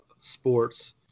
sports –